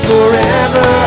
Forever